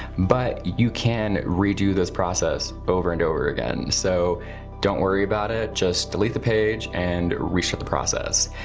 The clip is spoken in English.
but you can redo this process over and over again. so don't worry about it, just delete the page and restart the process.